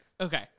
Okay